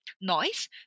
noise